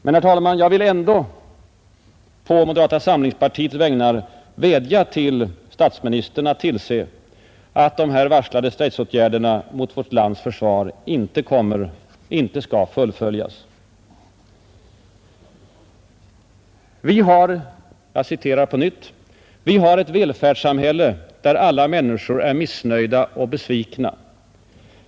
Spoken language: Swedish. Men, herr talman, jag vill ändå på moderata samlingspartiets vägnar vädja till statsministern att tillse att de varslade stridsåtgärderna mot vårt lands försvar inte fullföljes. ”Vi har ett välfärdssamhälle där alla människor är missnöjda och besvikna.